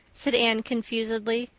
said anne confusedly.